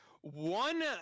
One